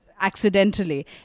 Accidentally